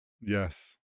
Yes